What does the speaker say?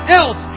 else